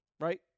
right